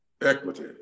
equity